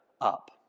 up